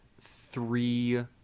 three